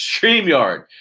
StreamYard